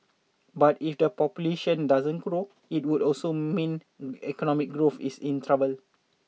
but if the population doesn't grow it would also mean economic growth is in trouble